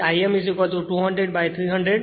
તેથી I m 200 by 300